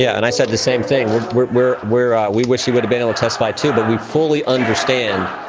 yeah and i said the same thing we're we're where where ah we wish he would have been able testify to. but we fully understand.